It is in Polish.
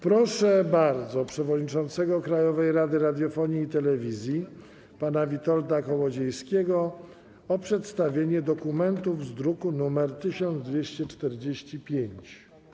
Proszę bardzo przewodniczącego Krajowej Rady Radiofonii i Telewizji pana Witolda Kołodziejskiego o przedstawienie dokumentów z druku nr 1245.